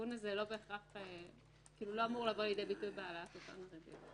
והסיכון הזה לא אמור לבוא לידי ביטוי בהעלאת אותן ריביות.